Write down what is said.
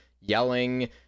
yelling